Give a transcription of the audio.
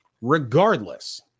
Regardless